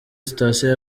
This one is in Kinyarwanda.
sitasiyo